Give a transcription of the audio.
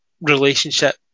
relationship